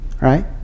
Right